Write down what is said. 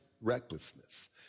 recklessness